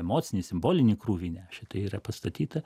emocinį simbolinį krūvį nešė tai yra pastatyta